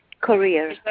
career